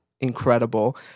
incredible